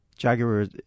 Jaguar